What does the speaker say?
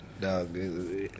dog